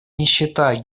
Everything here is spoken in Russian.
нищета